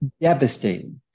Devastating